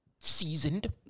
Seasoned